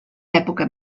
època